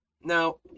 Now